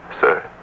Sir